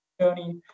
journey